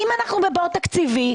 אם אנחנו בבור תקציבי,